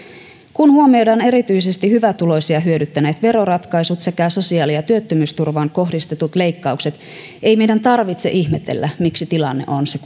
kun huomioidaan erityisesti hyvätuloisia hyödyttäneet veroratkaisut sekä sosiaali ja työttömyysturvaan kohdistetut leikkaukset ei meidän tarvitse ihmetellä miksi tilanne on se